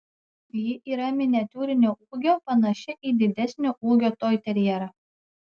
ji yra miniatiūrinio ūgio panaši į didesnio ūgio toiterjerą